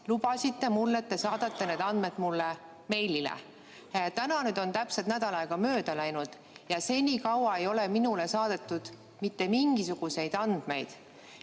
lubasite mulle, et te saadate need andmed mulle meilile. Täna on täpselt nädal aega mööda läinud ja senikaua ei ole minule saadetud mitte mingisuguseid andmeid.